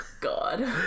God